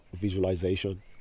visualization